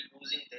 losing